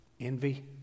envy